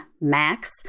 MAX